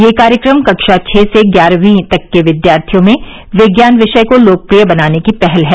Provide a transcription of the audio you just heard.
यह कार्यक्रम कक्षा छः से ग्यारहवीं कक्षा तक के विद्यार्थियों में विज्ञान विषय को लोकप्रिय बनाने की पहल है